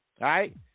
right